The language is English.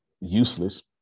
useless